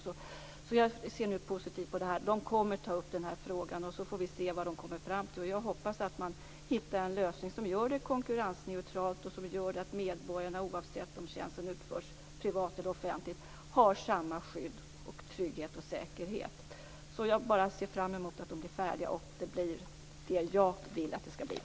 Jag ser positivt på detta. Utredningen kommer att ta upp frågan. Sedan får vi se vad man kommer fram till. Jag hoppas att man hittar en lösning som gör det hela konkurrensneutralt och som gör att medborgarna - oavsett om tjänsten utförs privat eller offentligt - har samma skydd, trygghet och säkerhet. Jag ser fram emot att utredningen blir färdig och att resultatet blir som jag vill att det skall bli.